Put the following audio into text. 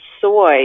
soy